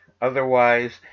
Otherwise